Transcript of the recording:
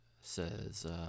says